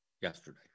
yesterday